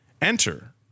Enter